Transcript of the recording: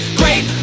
great